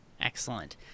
excellent